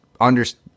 understand